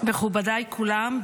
מכובדיי כולם,